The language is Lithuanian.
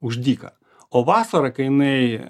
už dyką o vasarą kai jinai